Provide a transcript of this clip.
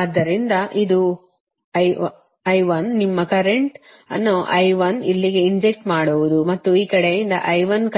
ಆದ್ದರಿಂದ ಇದು ನಿಮ್ಮ ಕರೆಂಟ್ ಅನ್ನು ಇಲ್ಲಿಗೆ ಇಂಜೆಕ್ಟ್ ಮಾಡುವುದು ಮತ್ತು ಈ ಕಡೆಯಿಂದ